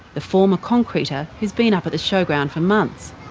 the former concreter who's been up at the showground for months.